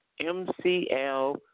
MCL